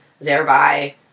thereby